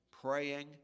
praying